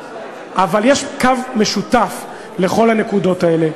ויש קו משותף לכל הנקודות האלה,